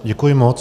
Děkuji moc.